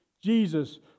Jesus